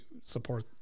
support